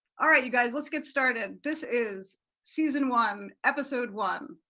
all right you guys let's get started. this is season one, episode one,